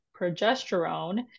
progesterone